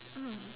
mm